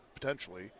potentially